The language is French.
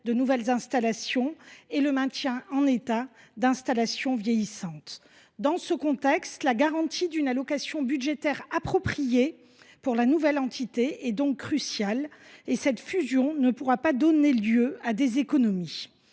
de nouvelles installations et le maintien en état d’installations vieillissantes. Dans ce contexte, la garantie d’une allocation budgétaire appropriée pour la nouvelle entité est cruciale et cette fusion ne pourra donner lieu à des économies.